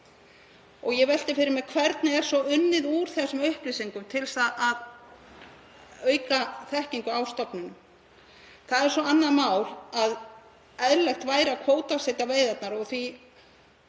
Ég velti fyrir mér hvernig sé svo unnið úr þessum upplýsingum til að auka þekkingu á stofninum. Það er svo annað mál að eðlilegt væri að kvótasetja veiðarnar og því